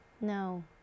No